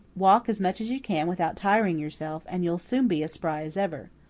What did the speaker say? walk as much as you can without tiring yourself, and you'll soon be as spry as ever.